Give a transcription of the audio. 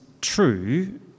true